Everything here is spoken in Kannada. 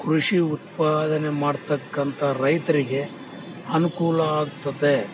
ಕೃಷಿ ಉತ್ಪಾದನೆ ಮಾಡತಕ್ಕಂಥ ರೈತರಿಗೆ ಅನುಕೂಲ ಆಗ್ತದೆ